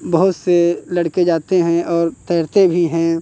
बहुत से लड़के जाते हैं और तैरते भी हैं